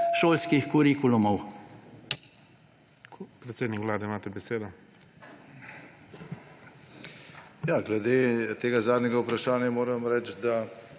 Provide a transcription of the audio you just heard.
šolskih kurikulumov?